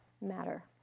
matter